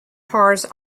parse